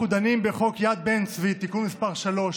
אנחנו דנים בחוק יד בן-צבי (תיקון מס' 3),